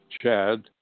Chad